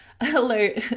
alert